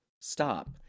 stop